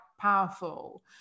powerful